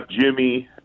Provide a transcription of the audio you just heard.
Jimmy